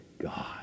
God